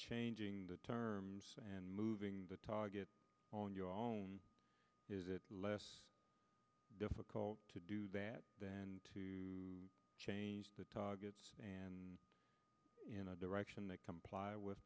changing the terms and moving the target on your own is it less difficult to do that and to change the targets in a direction that comply with